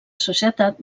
societat